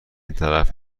طرف